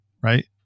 right